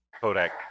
Kodak